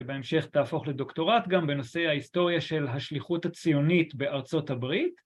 ‫שבהמשך תהפוך לדוקטורט ‫גם בנושא ההיסטוריה ‫של השליחות הציונית בארצות הברית.